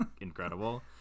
incredible